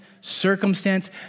circumstance